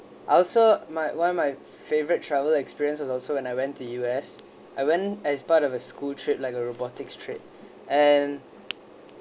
I also my one of my favourite travel experience was also when I went to U_S I went as part of a school trip like a robotic trip and